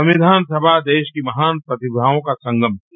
संविधान सभा देश की महान प्रतिभाओं का संगम थी